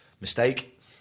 Mistake